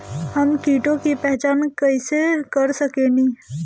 हम कीटों की पहचान कईसे कर सकेनी?